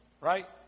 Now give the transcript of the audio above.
right